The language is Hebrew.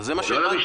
זה מה שהבנתי.